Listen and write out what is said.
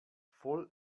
voll